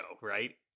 right